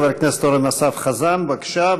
חבר הכנסת אורן אסף חזן, בבקשה.